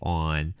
on